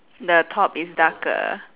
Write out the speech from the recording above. the top is darker